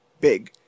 big